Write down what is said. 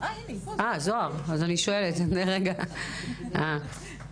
אז נשמע גם על הנתון הזה,